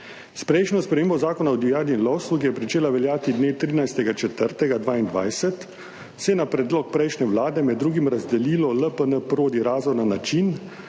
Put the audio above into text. S prejšnjo spremembo Zakona o divjadi in lovstvu, ki je pričela veljati dne 13. 4. 2022 se je na predlog prejšnje Vlade med drugim razdelilo LPN Prodi Razor na način,